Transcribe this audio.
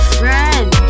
friend